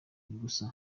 gusa